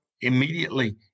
immediately